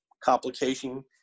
complication